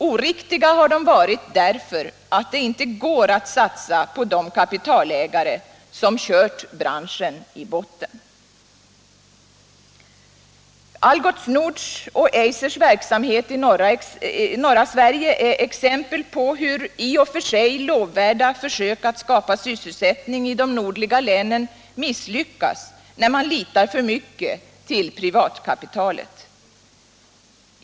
Oriktiga har de varit därför att det inte går att satsa på de kapitalägare som kört branschen i botten. Algots Nords och Eisers verksamhet i norra Sverige är exempel på hur i och för sig lovvärda försök att skapa sysselsättning i de nordliga länen misslyckas när man litar för mycket till privatkapitalet.